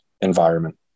environment